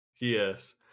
yes